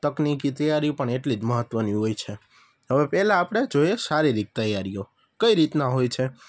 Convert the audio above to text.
તકનિકી તૈયારીઓ પણ એટલી જ મહત્ત્વની હોય છે હવે પહેલાં આપણે જોઈએ શારીરિક તૈયારીઓ કઈ રીતના હોય છે